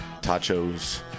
tachos